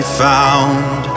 found